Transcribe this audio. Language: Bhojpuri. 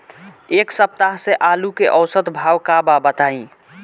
एक सप्ताह से आलू के औसत भाव का बा बताई?